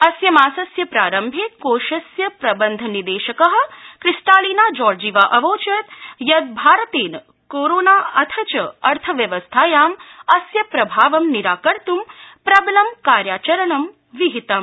अस्य मासस्य प्रारम्भे कोषस्य प्रबन्धनिदेशक क्रिस्टालिना जॉर्जीवा अवोचत् यत् भारतेन कोरोना अथ च अर्थव्यवस्थायां अस्य प्रभावं निराकर्त् प्रबलं कार्याचरणं विहितम्